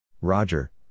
Roger